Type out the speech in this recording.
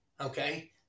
Okay